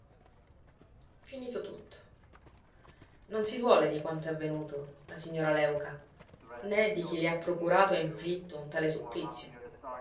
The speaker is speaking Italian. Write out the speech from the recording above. finito tutto non si duole di quanto è avvenuto la signora léuca né di chi le ha procurato e inflitto un tale supplizio